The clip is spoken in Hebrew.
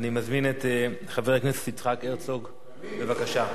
אני מזמין את חבר הכנסת יצחק הרצוג, בבקשה.